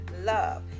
love